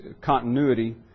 continuity